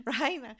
right